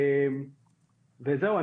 וזהו,